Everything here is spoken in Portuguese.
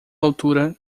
altura